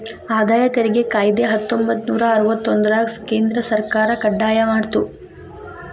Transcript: ಆದಾಯ ತೆರಿಗೆ ಕಾಯ್ದೆ ಹತ್ತೊಂಬತ್ತನೂರ ಅರವತ್ತೊಂದ್ರರಾಗ ಕೇಂದ್ರ ಸರ್ಕಾರ ಕಡ್ಡಾಯ ಮಾಡ್ತು